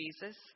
Jesus